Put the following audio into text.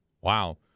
Wow